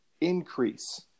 increase